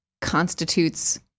constitutes